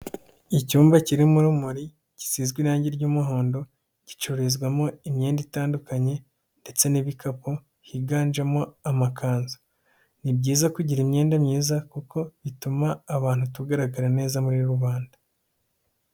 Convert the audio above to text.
Icyumba kirimo urumuri, gisizwe irangi ry'umuhondo, gicururizwamo imyenda itandukanye ndetse n'ibikapu, higanjemo amakanzu. Ni byiza kugira imyenda myiza kuko bituma abantu tugaragara neza muri rubanda.